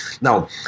Now